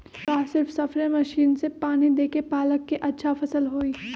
का सिर्फ spray machine से पानी देके पालक के अच्छा फसल होई?